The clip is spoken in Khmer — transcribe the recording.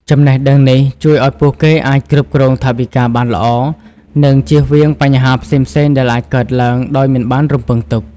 ចំណេះដឹងនេះជួយឲ្យពួកគេអាចគ្រប់គ្រងថវិកាបានល្អ និងជៀសវាងបញ្ហាផ្សេងៗដែលអាចកើតឡើងដោយមិនបានរំពឹងទុក។